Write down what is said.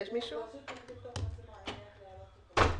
החוק מאפשר לשר לקבוע בצו ולהאריך תקופות